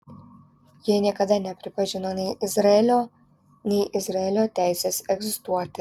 jie niekada nepripažino nei izraelio nei izraelio teisės egzistuoti